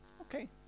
okay